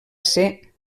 ser